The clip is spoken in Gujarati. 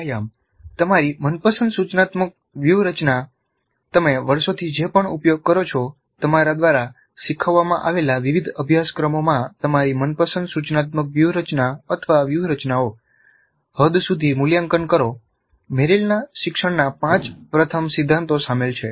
વ્યાયામ તમારી મનપસંદ સૂચનાત્મક વ્યૂહરચનાવ્યૂહરચના તમે વર્ષોથી જે પણ ઉપયોગ કરો છો તમારા દ્વારા શીખવવામાં આવેલા વિવિધ અભ્યાસક્રમોમાં તમારી મનપસંદ સૂચનાત્મક વ્યૂહરચનાવ્યૂહરચનાઓ હદ સુધી મૂલ્યાંકન કરો મેરિલના શિક્ષણના પાંચ પ્રથમ સિદ્ધાંતો શામેલ છે